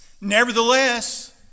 Nevertheless